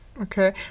Okay